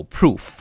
proof